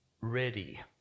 ready